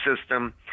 system